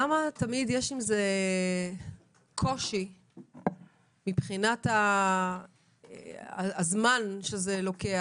למה תמיד יש עם זה קושי מבחינת הזמן שזה לוקח?